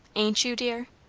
ain't you, dear?